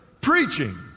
preaching